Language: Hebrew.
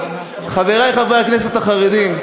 חברי חברי הכנסת החרדים,